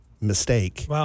mistake